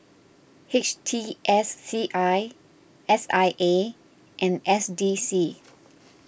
H T S C I S I A and S D C